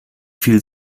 viel